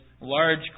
large